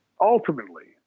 ultimately